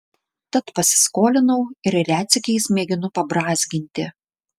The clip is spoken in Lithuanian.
tad pasiskolinau ir retsykiais mėginu pabrązginti